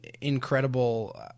incredible